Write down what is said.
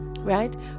right